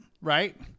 right